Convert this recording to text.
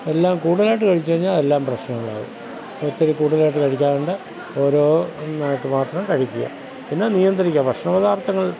എല്ലാം കൂടുതലായിട്ടു കഴിച്ചു കഴിഞ്ഞാൽ എല്ലാം പ്രശ്നമുള്ളതാകും ഒത്തിരി കൂടുതലായിട്ടു കഴിക്കാണ്ട് ഓരോന്നായിട്ടു മാത്രം കഴിക്കുക പിന്നെ നിയന്ത്രിക്കുക ഭക്ഷണപദാർത്ഥങ്ങൾ